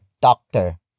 doctor